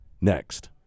next